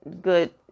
good